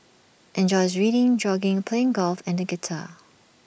enjoys reading jogging playing golf and the guitar